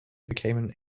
became